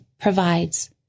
provides